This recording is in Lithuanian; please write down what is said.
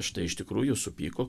štai iš tikrųjų supyko